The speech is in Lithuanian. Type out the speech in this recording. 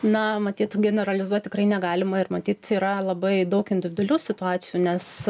na matyt generalizuot tikrai negalima ir matyt yra labai daug individualių situacijų nes